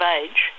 age